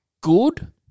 good